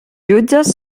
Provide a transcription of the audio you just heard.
jutges